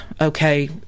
okay